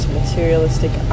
materialistic